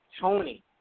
Tony